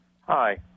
Hi